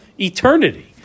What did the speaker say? eternity